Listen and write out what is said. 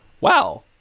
wow